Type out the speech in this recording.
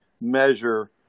measure